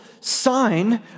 sign